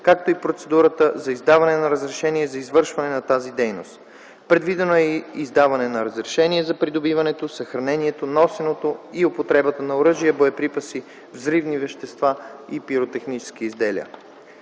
както и процедурата за издаване на разрешение за извършване на тези дейности. Предвидено е и издаване на разрешение за придобиването, съхранението, носенето и употребата на оръжия, боеприпаси, взривни вещества и пиротехнически изделия.